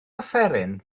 offeryn